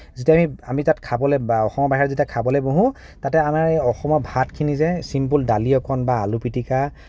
যেতিয়া আমি আমি তাত খাবলে বা অসমৰ বাহিৰত যেতিয়া খাবলে বহোঁ তাতে আমাৰ এই অসমৰ ভাতখিনি যে চিম্পল দালি অকণ বা আলু পিতিকা